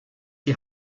die